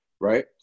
right